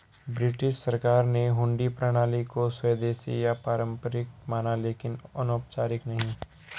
British सरकार ने हुंडी प्रणाली को स्वदेशी या पारंपरिक माना लेकिन अनौपचारिक नहीं